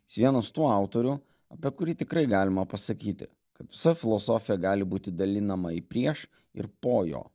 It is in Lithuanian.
jis vienas tų autorių apie kurį tikrai galima pasakyti kad visa filosofija gali būti dalinama į prieš ir po jo